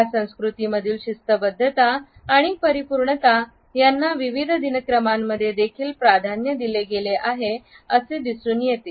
या संस्कृतीं मधील शिस्तबद्धता आणि परिपूर्णता यांना विविध दिनक्रमांमध्ये देखील प्राधान्य दिले गेले आहे असे दिसून येते